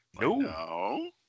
No